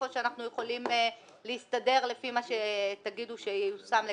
או שאנחנו יכולים להסתדר לפי מה שתגידו שייושם לגביהם.